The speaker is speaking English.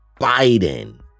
Biden